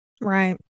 Right